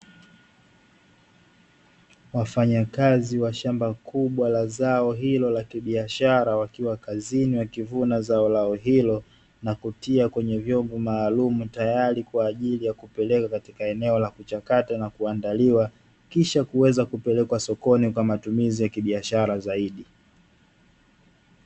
Wafanyakazi wa shamba kubwa la zao hilo la biashara wakiwa kazini wakivuna zao lao hilo, na kutia kwenye vyombo maalumu tayari kwa kupeleka katika eneo la kuchakatwa na kuandaliwa kisha kuweza kupelekwa sokoni kwa matumizi ya kibiashara zaidi.